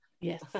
Yes